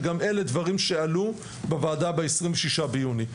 וגם אלה דברים שעלו בוועדה ב-26 ביוני.